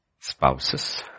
spouses